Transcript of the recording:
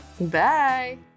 Bye